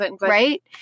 right